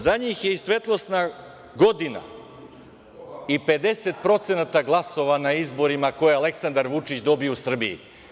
Za njih je i svetlosna godina i 50% glasova na izborima koje je Aleksandar Vučić dobio u Srbiji.